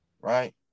Right